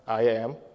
IAM